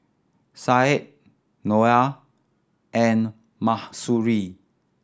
Said Noah and Mahsuri